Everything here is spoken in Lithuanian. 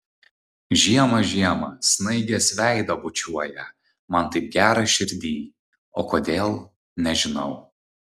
žiema žiema snaigės veidą bučiuoja man taip gera širdyj o kodėl nežinau